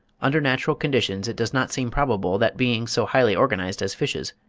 under natural conditions it does not seem probable that beings so highly organised as fishes,